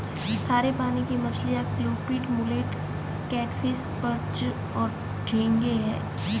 खारे पानी की मछलियाँ क्लूपीड, मुलेट, कैटफ़िश, पर्च और झींगे हैं